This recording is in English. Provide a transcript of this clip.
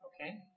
Okay